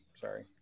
Sorry